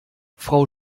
frau